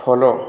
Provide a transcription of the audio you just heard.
follow